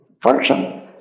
function